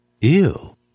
Ew